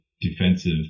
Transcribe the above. defensive